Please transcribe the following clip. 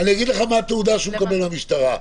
אני אגיד לך מה התעודה שהוא מקבל מהמשטרה.